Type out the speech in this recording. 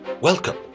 Welcome